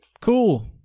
Cool